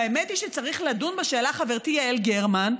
והאמת היא שצריך לדון בשאלה, חברתי יעל גרמן,